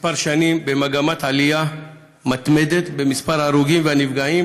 כמה שנים במגמת עלייה מתמדת במספר ההרוגים והנפגעים